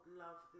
love